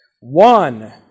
one